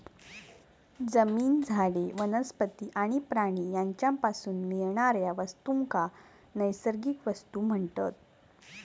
जमीन, झाडे, वनस्पती आणि प्राणी यांच्यापासून मिळणाऱ्या वस्तूंका नैसर्गिक वस्तू म्हणतत